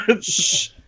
Shh